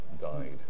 died